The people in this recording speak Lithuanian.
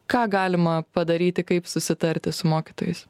ką galima padaryti kaip susitarti su mokytojais